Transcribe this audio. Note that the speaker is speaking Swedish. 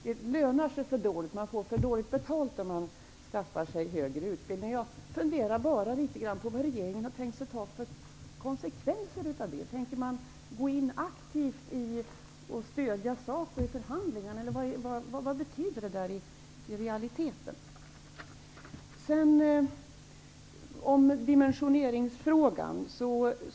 Det lönar sig för dåligt. Man får för dåligt betalt om man skaffar sig högre utbildning. Jag funderar litet över vad regeringen tänker ta för konsekvenser av detta. Tänker man gå in aktivt i och stödja SACO i förhandlingarna, eller vad betyder det egentligen i realiteten?